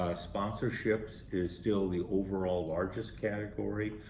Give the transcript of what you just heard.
ah sponsorships is still the overall largest category.